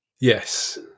Yes